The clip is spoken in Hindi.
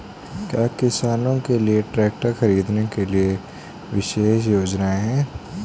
क्या किसानों के लिए ट्रैक्टर खरीदने के लिए विशेष योजनाएं हैं?